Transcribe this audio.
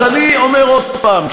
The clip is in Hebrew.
אז אומר עוד פעם,